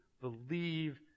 believe